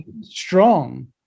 strong